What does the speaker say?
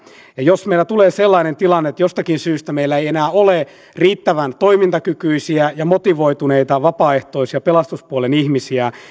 ja jos meillä tulee sellainen tilanne että jostakin syystä meillä ei enää ole riittävän toimintakykyisiä ja motivoituneita vapaaehtoisia pelastuspuolen ihmisiä